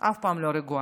היא אף פעם לא רגועה,